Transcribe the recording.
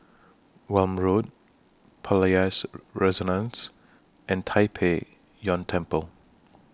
Welm Road Palais Renaissance and Tai Pei Yuen Temple